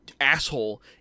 asshole